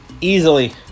easily